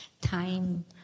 time